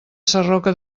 sarroca